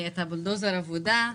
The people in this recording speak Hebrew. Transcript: אתה בולדוזר עבודה,